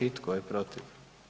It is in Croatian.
I tko je protiv?